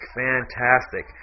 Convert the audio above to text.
fantastic